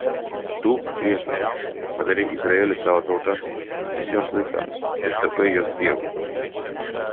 tu viešpatie padarei izraelį savo tauta visiems laikams ir tapai jos dievu